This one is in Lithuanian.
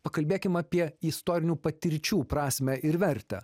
pakalbėkim apie istorinių patirčių prasmę ir vertę